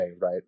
right